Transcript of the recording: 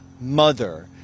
mother